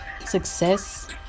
success